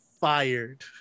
fired